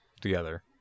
together